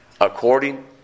According